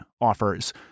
offers